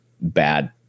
bad